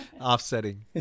offsetting